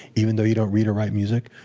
even though you don't read or write music?